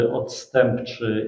odstępczy